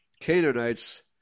Canaanites